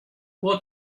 what